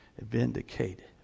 vindicated